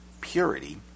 purity